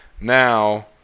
Now